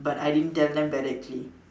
but I didn't tell them directly